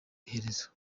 iherezo